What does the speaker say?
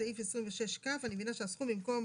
בסעיף 26כ אני מבינה שהסכום במקום